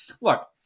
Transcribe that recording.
Look